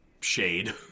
shade